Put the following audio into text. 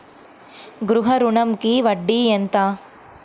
గృహ ఋణంకి వడ్డీ ఎంత?